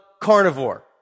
carnivore